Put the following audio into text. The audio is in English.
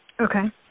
Okay